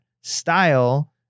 style